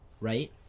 right